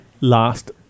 last